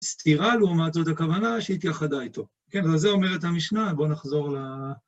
סתירה לעומת זאת הכוונה, שהתייחדה איתו. כן, ועל זה אומר את המשנה, בואו נחזור ל...